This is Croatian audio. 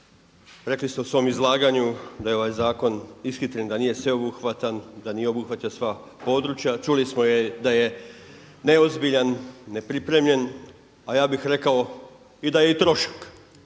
Rekli ste u svom izlaganju da je ovaj zakon ishitren, da nije sveobuhvatan, da nije obuhvatio sva područja. Čuli smo da je neozbiljan, nepripremljen, a ja bih rekao i da je trošak